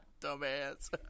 Dumbass